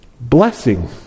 blessing